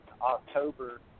October